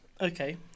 Okay